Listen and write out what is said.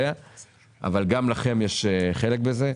אבל גם לכם יש חלק בזה.